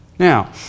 Now